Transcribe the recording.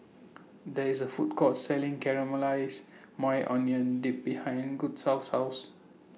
There IS A Food Court Selling Caramelized Maui Onion Dip behind Gustavus' House